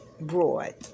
broad